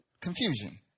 confusion